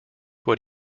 what